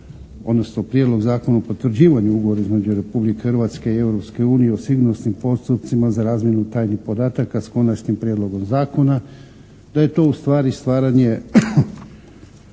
odnosno Prijedlog zakona o potvrđivanju Ugovora između Republike Hrvatske i Europske unije o sigurnosnim postupcima za razmjenu tajnih podataka s Konačnim prijedlogom zakona, da je to ustvari stvaranje